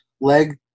leg